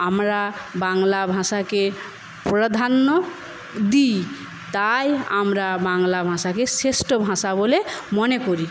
আমরা বাংলা ভাষাকে প্রাধান্য দিই তাই আমরা বাংলা ভাষাকে শ্রেষ্ঠ ভাষা বলে মনে করি